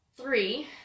Three